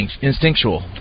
instinctual